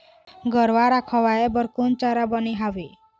गरवा रा खवाए बर कोन चारा बने हावे?